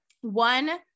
one